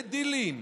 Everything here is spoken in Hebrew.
בדילים,